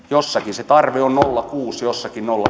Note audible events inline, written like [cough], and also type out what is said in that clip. jossakin se tarve on nolla pilkku kuusi ja jossakin nolla [unintelligible]